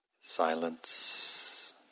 silence